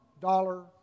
dollar